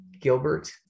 Gilbert